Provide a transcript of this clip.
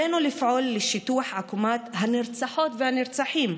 עלינו לפעול לשיטוח עקומת הנרצחות והנרצחים,